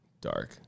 dark